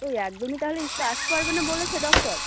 ওই একদমই তাহলে স্কুলে আসতে পারবে না বলেছে ডক্টর